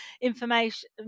information